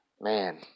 Man